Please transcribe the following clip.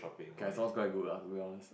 okay ah sounds quite good lah to be honest